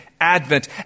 Advent